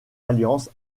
alliance